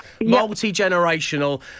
multi-generational